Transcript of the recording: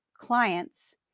clients